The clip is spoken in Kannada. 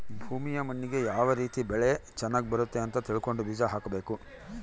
ಭೂಮಿಯ ಮಣ್ಣಿಗೆ ಯಾವ ರೀತಿ ಬೆಳೆ ಚನಗ್ ಬರುತ್ತೆ ಅಂತ ತಿಳ್ಕೊಂಡು ಬೀಜ ಹಾಕಬೇಕು